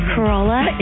Corolla